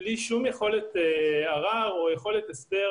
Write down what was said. בלי שום יכולת להעיר או להסביר